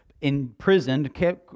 imprisoned